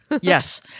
yes